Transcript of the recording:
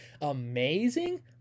amazing